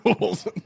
rules